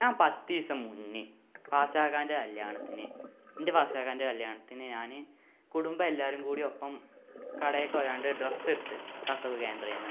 ഞാന് പത്തീസം മുന്നേ ഫാസാക്കാൻ്റെ കല്ല്യാണത്തിന് എൻ്റെ ഫാസാക്കാൻ്റെ കല്ല്യാണത്തിന് ഞാന് കുടുംബെല്ലാരുംകൂടി ഒപ്പം കടേക്കൊയാണ്ട് ഡ്രെസ്സെടുത്തു കസവു കേന്ദ്രയില്നിന്ന്